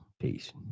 peace